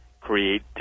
create